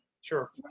sure